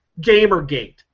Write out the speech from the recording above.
Gamergate